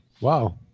wow